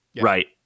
Right